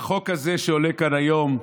החוק הזה שעולה כאן היום,